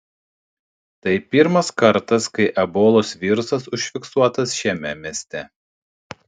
tai pirmas kartas kai ebolos virusas užfiksuotas šiame mieste